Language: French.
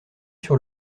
sur